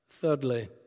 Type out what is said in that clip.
Thirdly